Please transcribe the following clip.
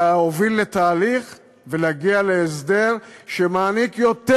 להוביל לתהליך ולהגיע להסדר שמעניק יותר